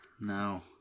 No